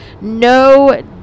No